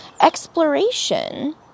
Exploration